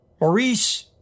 Maurice